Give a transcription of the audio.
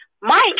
Mike